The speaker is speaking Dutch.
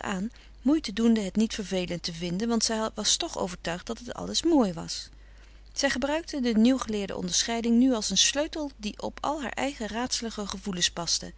aan moeite doende het niet vervelend te vinden want zij was toch overtuigd dat het alles mooi was zij gebruikte de nieuwgeleerde onderscheiding nu als een sleutel die op al haar eigen raadselige gevoelens paste